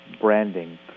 branding